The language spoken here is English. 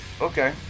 okay